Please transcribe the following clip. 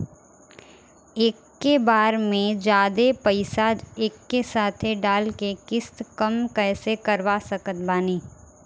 एके बार मे जादे पईसा एके साथे डाल के किश्त कम कैसे करवा सकत बानी?